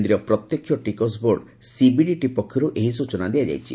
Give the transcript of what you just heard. କେନ୍ଦ୍ରୀୟ ପ୍ରତ୍ୟକ୍ଷ ଟିକସ ବୋର୍ଡ ସିବିଡିଟି ପକ୍ଷରୁ ଏହି ସୂଚନା ଦିଆଯାଇଛି